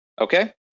Okay